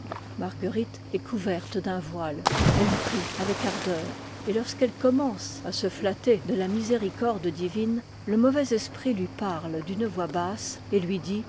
marguerite est couverte d'un voile elle prie avec ardeur et lorsqu'elle commence à se flatter de la miséricorde divine le mauvais esprit lui parle d'une voix basse et jui dit